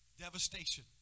devastation